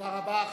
תודה רבה.